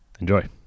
Enjoy